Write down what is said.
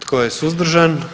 Tko je suzdržan?